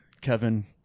Kevin